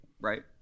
right